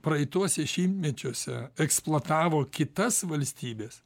praeituose šimtmečiuose eksploatavo kitas valstybes